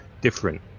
different